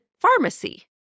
pharmacy